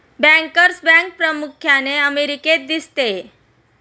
bankers bank प्रामुख्याने अमेरिकेत दिसते